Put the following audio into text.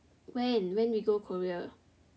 when when we go Korea